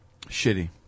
Shitty